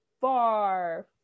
far